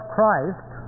Christ